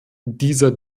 dieser